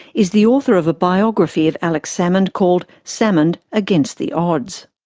is the author of a biography of alex salmond called salmond against the odds.